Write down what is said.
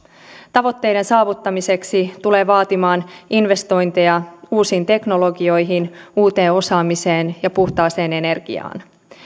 tavoitteiden saavuttamiseksi tullaan vaatimaan investointeja uusiin teknologioihin uuteen osaamiseen ja puhtaaseen energiaan